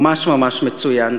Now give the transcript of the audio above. ממש ממש מצוין.